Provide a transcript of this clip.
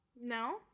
No